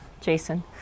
Jason